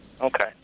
Okay